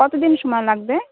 কতো দিন সমায় লাগবে